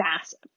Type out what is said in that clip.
massive